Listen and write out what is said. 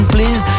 Please